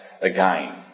again